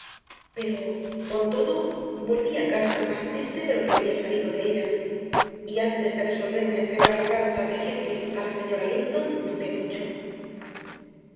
pero con todo volví a casa más triste de lo que había salido de ella y antes de resolverme a entregar la carta de heathcliff a la señora linton dudé mucho